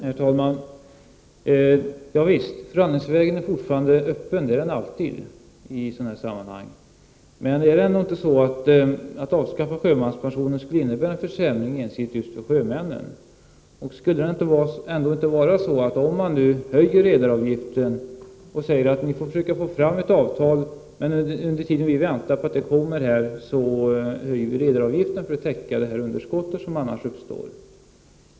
Herr talman! Ja visst, förhandlingsvägen är fortfarande öppen, det är den ju alltid i sådana här sammanhang. Men är det ändå inte på det sättet att ett avskaffande av sjömanspensionen skulle innebära en försämring för sjömännen ensidigt? Skulle man inte kunna säga till redarna att de får försöka få fram ett avtal och att vi under tiden som vi väntar på att det skall bli klart höjer redaravgiften för att täcka det underskott som annars skulle uppstå?